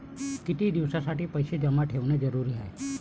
कितीक दिसासाठी पैसे जमा ठेवणं जरुरीच हाय?